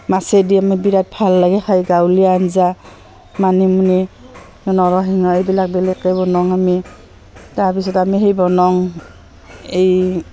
মাছেদি আমি বিৰাট ভাল লাগে খাই গাঁৱলীয়া আঞ্জা মানিমুনি নৰসিংহ এইবিলাক বেলেগকৈ বনাওঁ আমি তাৰপিছত আমি সেই বনাওঁ এই